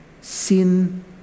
Sin